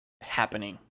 happening